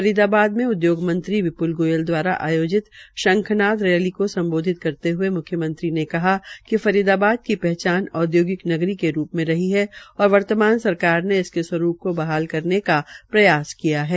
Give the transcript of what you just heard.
फरीदाबाद में उद्योग मंत्री विप्ल गोयल दवारा आयोजित शंखनाद रैली को सम्बोधित करते हये मुख्यमंत्री ने कहा कि फरीदाबाद की पहचान औद्योगिक नगरी के रूप में हो रही है और वर्तमान सरकार ने इसके स्वरूप को बहाल करने का प्रयास किया है